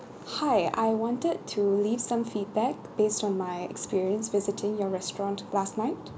hi I wanted to leave some feedback based on my experience visiting your restaurant last night